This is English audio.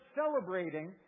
celebrating